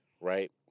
right